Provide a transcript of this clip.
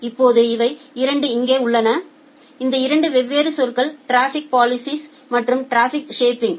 இப்போது இவை 2 இங்கே உள்ளன இந்த 2 வெவ்வேறு சொற்கள் டிராஃபிக் பாலிஸிஸ் மற்றும் டிராபிக் ஷேப்பிங்